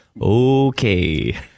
Okay